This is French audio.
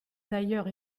d’ailleurs